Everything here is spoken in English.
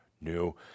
New